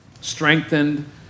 strengthened